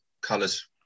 colours